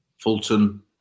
Fulton